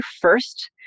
first